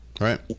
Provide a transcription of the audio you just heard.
Right